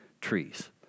trees